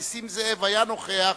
נסים זאב היה נוכח,